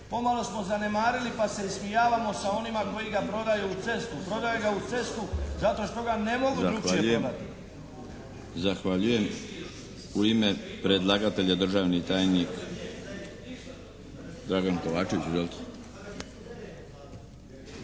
pomalo smo zanemarili pa se ismijavamo sa onima koji ga prodaju uz cestu. Prodaju ga uz cestu, zato što ga ne mogu drukčije prodati. **Milinović, Darko (HDZ)** Zahvaljujem. U ime predlagatelja državni tajnik Dragan Kovačević.